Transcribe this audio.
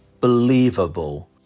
Believable